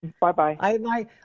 Bye-bye